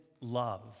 love